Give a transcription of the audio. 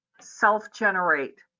self-generate